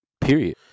period